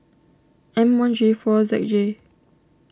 M one G four Z J